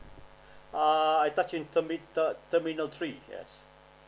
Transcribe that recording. err I touched in termi~ ter~ terminal three yes